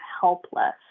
helpless